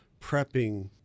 prepping